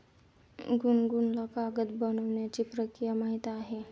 गुनगुनला कागद बनवण्याची प्रक्रिया माहीत आहे